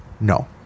No